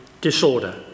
disorder